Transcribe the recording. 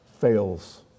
Fails